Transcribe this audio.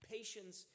Patience